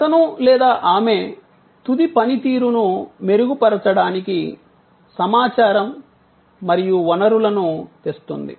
అతను లేదా ఆమె తుది పనితీరును మెరుగుపరచడానికి సమాచారం మరియు వనరులను తెస్తుంది